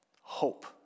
Hope